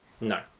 No